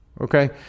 Okay